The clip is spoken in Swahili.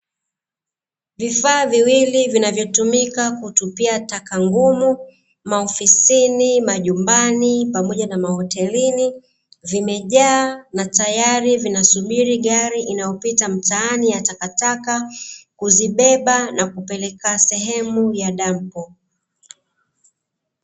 Vifaa viwili vinavyotumika kutupia taka ngumu maofisini, majumbani pamoja na mahotelini vimejaa na tayari vinasubiri gari inayopita mtaani ya takataka, kuzibeba na kupeleka sehemu ya dampo.